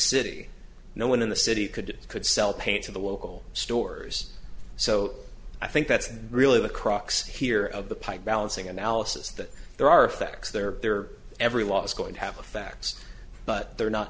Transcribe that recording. city no one in the city could could sell paint to the local stores so i think that's really the crux here of the pipe balancing analysis that there are affects their their every law is going to have affects but they're not